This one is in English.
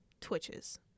twitches